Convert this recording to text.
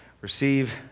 receive